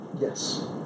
Yes